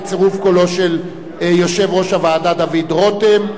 בצירוף קולו של יושב-ראש הוועדה דוד רותם,